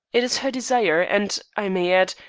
it is her desire, and, i may add,